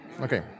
Okay